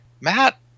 Matt